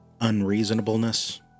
Unreasonableness